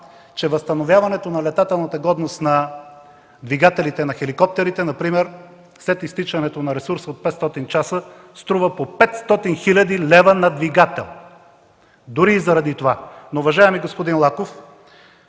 че възстановяването на летателната годност на двигателите на хеликоптерите например след изтичането на ресурс от 500 часа струва по 500 хил. лв. на двигател. Дори и заради това! Уважаеми господи Лаков,